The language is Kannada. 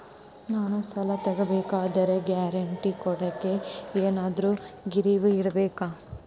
ನಾನು ಸಾಲ ತಗೋಬೇಕಾದರೆ ಗ್ಯಾರಂಟಿ ಕೊಡೋಕೆ ಏನಾದ್ರೂ ಗಿರಿವಿ ಇಡಬೇಕಾ?